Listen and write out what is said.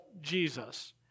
Jesus